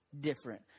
different